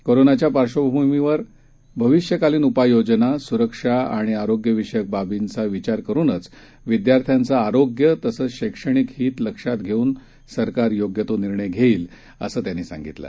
कोरोनाच्यापार्श्वभूमीवरभविष्यकालीनउपाययोजना सुरक्षाआणिआरोग्यविषयकबाबींचाविचारकरूनच विद्यार्थ्यांचंआरोग्यतसंचशैक्षणिकहितलक्षातघेऊनसरकारयोग्यतोनिर्णयघेईल असंत्यांनीसांगितलं